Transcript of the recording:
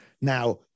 Now